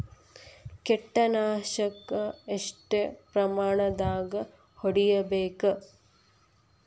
ಕೇಟ ನಾಶಕ ಎಷ್ಟ ಪ್ರಮಾಣದಾಗ್ ಹೊಡಿಬೇಕ?